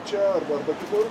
čia arba kitur